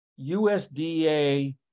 USDA